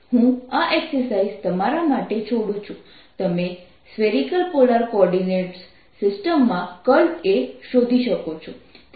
BA હું આ exercise તમારા માટે છોડું છું તમે સ્ફેરિકલ પોલાર કોઓર્ડિનેટ સિસ્ટમમાં A શોધી શકો છો